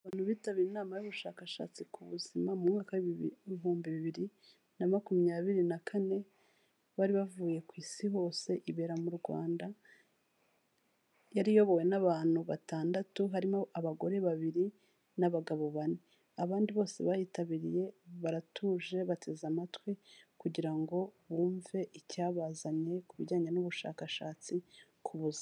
Abantu bitabiriye inama y'ubushakashatsi ku buzima mu mwayakaka w'ibihumbi bibiri na makumyabiri na kane bari bavuye ku isi hose ibera mu rwanda, yari iyobowe n'abantu batandatu harimo abagore babiri n'abagabo bane. Abandi bose bayitabiriye baratuje bateze amatwi kugira ngo bumve icyabazanye ku bijyanye n'ubushakashatsi ku buzima.